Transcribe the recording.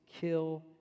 kill